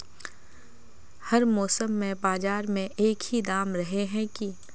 हर मौसम में बाजार में एक ही दाम रहे है की?